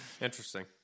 Interesting